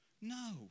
No